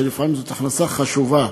כשלפעמים זו הכנסה חשובה.